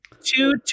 two